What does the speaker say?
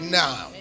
now